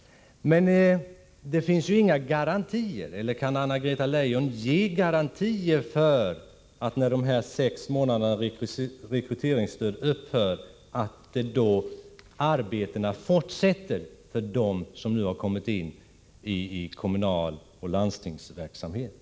Det finns emellertid inga garantier — eller kan Anna-Greta Leijon ge sådana? — för att arbetena fortsätter när rekryteringsstödet upphör efter sex månader för dem som kommit in i den kommunala och landstingskommunala verksamheten.